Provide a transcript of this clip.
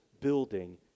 building